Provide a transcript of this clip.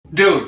Dude